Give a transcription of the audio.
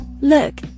Look